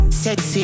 sexy